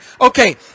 Okay